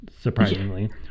surprisingly